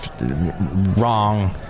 wrong